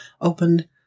opened